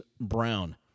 Brown